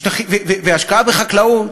השקעה בחקלאות,